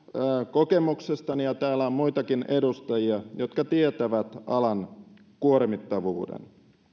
kokemuksestani ja täällä on muitakin edustajia jotka tietävät alan kuormittavuuden